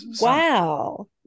Wow